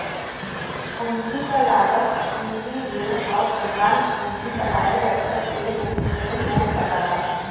पूंजी क लागत पूंजी ऋण आउर प्रधान पूंजी बनाए रखे के रूप में हो सकला